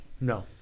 no